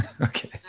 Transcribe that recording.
Okay